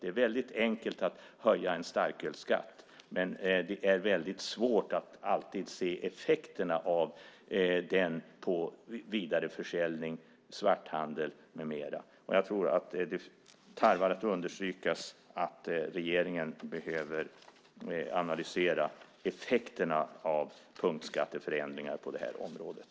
Det är enkelt att höja en starkölsskatt, men det är svårt att alltid se effekterna av den vid vidareförsäljning, svarthandel med mera. Det tarvar att understrykas att regeringen behöver analysera effekterna av punktskatteförändringar på det här området.